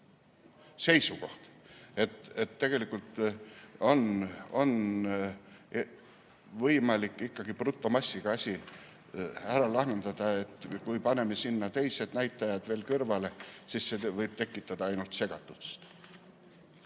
seisukoht, et tegelikult on võimalik ikkagi brutomassiga asi ära lahendada. Kui paneme sellele veel teised näitajad kõrvale, siis see võib tekitada ainult segadust.